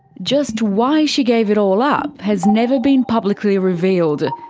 just why she gave it all up has never been publicly revealed,